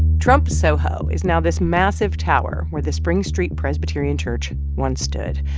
trump soho is now this massive tower where the spring street presbyterian church once stood,